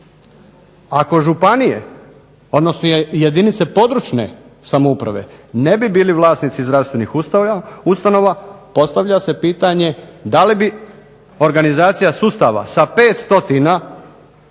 samouprave. Ako jedinice područne samouprave ne bi bili vlasnici zdravstvenih ustanova, postavlja se pitanje da li bi organizacija sustava sa 500 zdravstvenih